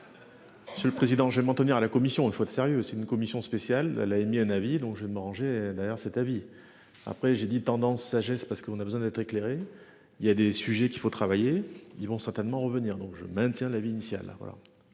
C'est le président, je m'en tenir à la commission il faut être sérieux, c'est une commission spéciale, elle a émis un avis donc je vais m'arranger d'ailleurs cet avis après j'ai dit tendance sagesse parce qu'on a besoin d'être éclairé. Il y a des sujets qu'il faut travailler, ils vont certainement revenir donc je maintiens l'avis initial